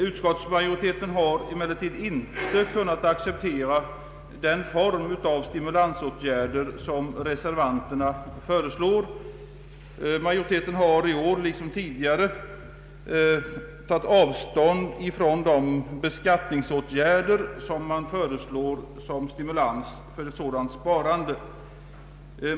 Utskottsmajoriteten har emellertid i år liksom tidigare tagit avstånd från de beskattningsåtgärder reservanterna föreslår som stimulans för ett sådant sparande.